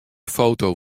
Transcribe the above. foto